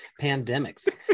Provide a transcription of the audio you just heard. pandemics